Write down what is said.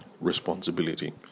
responsibility